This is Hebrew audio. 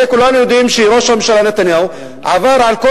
הרי כולנו יודעים שראש הממשלה נתניהו עבר על כל